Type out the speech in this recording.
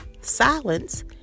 silence